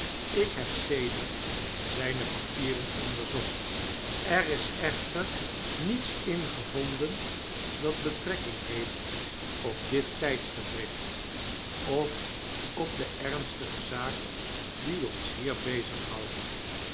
ik heb sedert zyne papieren onderzocht er is echter niets in gevonden dat betrekking heeft op dit tjjdsgewricht of op de ernstige zaak die ons hier